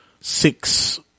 six